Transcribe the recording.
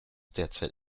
derzeit